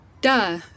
Duh